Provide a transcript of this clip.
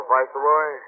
Viceroy